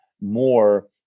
more